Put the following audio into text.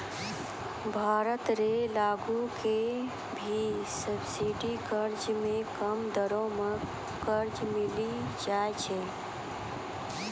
भारत रो लगो के भी सब्सिडी कर्जा मे कम दरो मे कर्जा मिली जाय छै